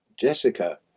jessica